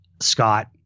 Scott